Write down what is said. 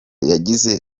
yagize